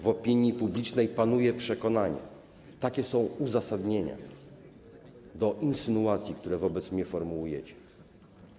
W opinii publicznej panuje przekonanie” - takie są uzasadnienia insynuacji, które wobec mnie formułujecie.